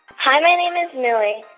hi, my name is millie,